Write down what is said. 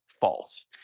false